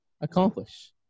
accomplish